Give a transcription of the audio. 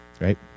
Right